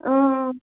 اۭں